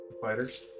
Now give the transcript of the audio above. fighters